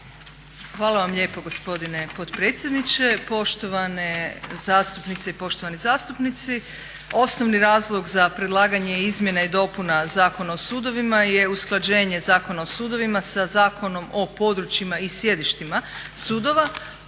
Hvala vam lijepo gospodine potpredsjedniče, poštovane zastupnice i poštovani zastupnici. Osnovni razlog za predlaganje Izmjena i dopuna Zakona o sudovima je usklađenje Zakona o sudovima sa Zakonom o područjima i sjedištima sudova